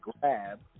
grab